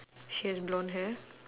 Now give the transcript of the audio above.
she has blonde hair